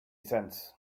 cents